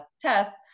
tests